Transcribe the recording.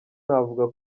navuga